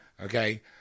Okay